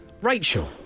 Rachel